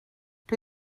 dwi